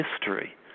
history